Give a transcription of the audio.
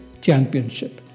championship